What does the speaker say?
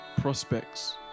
prospects